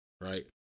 Right